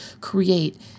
create